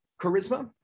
charisma